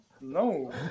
No